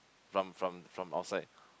from from from outside